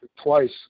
Twice